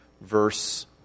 verse